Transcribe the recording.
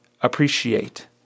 appreciate